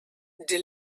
they